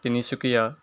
Tinsukia